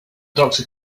doctor